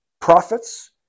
prophets